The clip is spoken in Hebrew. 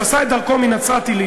שעשה את דרכו מנצרת-עילית,